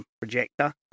projector